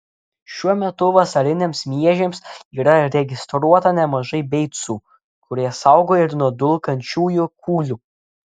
šiuo metu vasariniams miežiams yra registruota nemažai beicų kurie saugo ir nuo dulkančiųjų kūlių